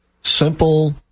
simple